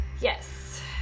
Yes